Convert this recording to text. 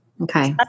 Okay